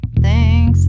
Thanks